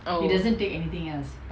oh